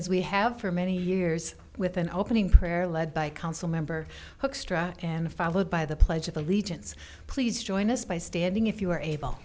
as we have for many years with an opening prayer led by council member struck and followed by the pledge of allegiance please join us by standing if you are able